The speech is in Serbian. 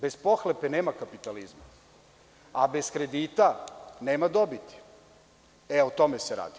Bez pohlepe nema kapitalizma, a bez kredita nema dobiti, o tome se radi.